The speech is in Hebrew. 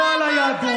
לא על היהדות,